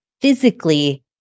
physically